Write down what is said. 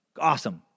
Awesome